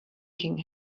king